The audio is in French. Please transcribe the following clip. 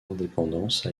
indépendance